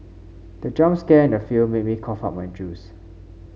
the jump scare in the film made me cough out my juice